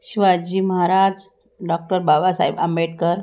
Shivaji Maharaj doctor Babasaheb Ambedkar